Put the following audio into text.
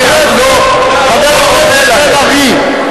חבר הכנסת בן-ארי,